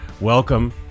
Welcome